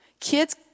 Kids